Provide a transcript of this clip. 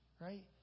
right